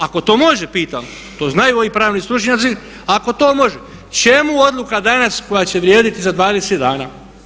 Ako to može, pitam, to znaju ovi pravni stručnjaci, ako to može čemu odluka danas koja će vrijediti za 20 dana?